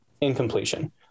incompletion